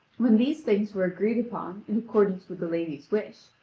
when these things were agreed upon in accordance with the lady's wish,